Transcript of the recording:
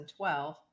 2012